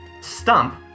Stump